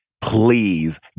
Please